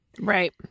Right